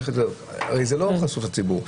הרי זה לא חשוף לציבור.